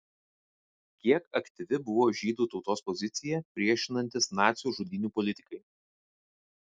kiek aktyvi buvo žydų tautos pozicija priešinantis nacių žudynių politikai